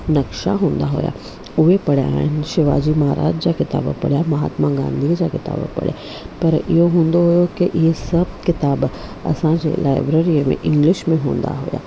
नक्शा हूंदा हुया उहे पढ़िया आहिनि शिवाजी महाराज जा किताब पढ़िया महात्मा गांधीअ जा किताब पढ़िया पर इहो हूंदो हुयो की इहे सभु किताब असांजे लाइब्रेरीअ में इंग्लिश में हूंदा हुया